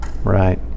Right